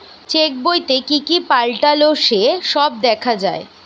check বইতে কি কি পাল্টালো সে সব দেখা যায়